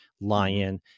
lion